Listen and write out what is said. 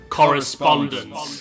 correspondence